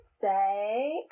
say